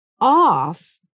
off